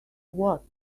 what